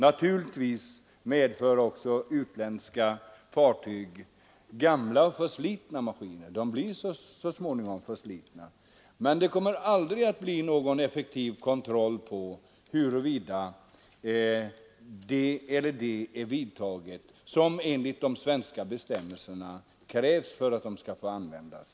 Naturligtvis har också utländska fartyg gamla och förslitna maskiner — maskiner blir så småningom förslitna — men det kommer aldrig att bli någon effektiv kontroll av huruvida en åtgärd är vidtagen som enligt svenska bestämmelser krävs för att en maskin skall få användas.